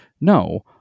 No